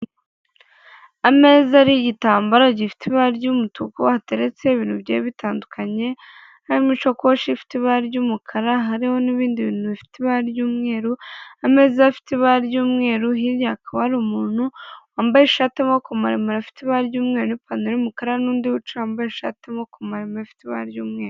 Ameza ariho igitambaro gifite ibara ry'umutuku, hateretse ibintu bigiye bitandukanye harimo ishakoshi ifite ibara ry'umukara, hariho n'ibindi bintu bifite ibara ry'umweru, ameza afite ibara ry'umweru, hirya hakaba hari umuntu wambaye ishati y'amaboko maremare ifite ibara ry'umweru n'ipantaro y'umukara n'undi wicaye wambaye ishati y'amaboko maremare ifite ibara ry'umweru.